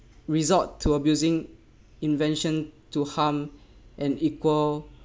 resort to abusing invention to harm and equal